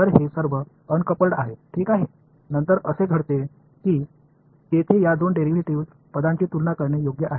எனவே இவை இணைக்கப்படாதவை இந்த இரண்டு டிரைவேடிவ் சொற்களும் ஒப்பிடக்கூடிய விஷயத்துக்கு வருவோம் வழக்கு வெளிப்படையாக வருகிறது